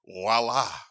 voila